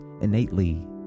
innately